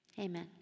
Amen